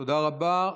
תודה רבה.